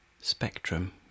Spectrum